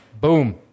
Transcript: boom